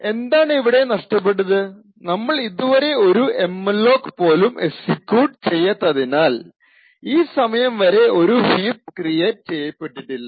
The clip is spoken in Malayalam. എന്താണ് ഇവിടെ നഷ്ടപെട്ടത് നമ്മൾ ഇതുവരെ ഒരു എംഅലോക് പോലും എക്സിക്യൂട്ട് ചെയ്യാത്തതിനാൽ ഈ സമയം വരെ ഒരു ഹീപ്പ് ക്രിയേറ്റ് ചെയ്യപ്പെട്ടിട്ടില്ല